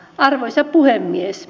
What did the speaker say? arvoisa puhemies